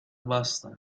bastan